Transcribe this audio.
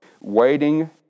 waiting